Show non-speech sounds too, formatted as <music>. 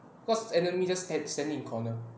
cause enemy just stand standing in corner <laughs>